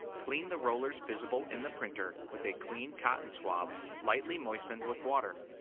clean the rollers visible in the printer with a clean cotton swab lightly moistened with water.